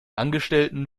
angestellten